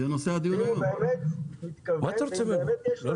אם הוא באמת מתכוון ואם באמת יש לו